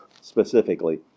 specifically